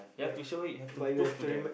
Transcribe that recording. you have to show it you have to prove to them